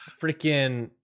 freaking